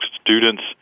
students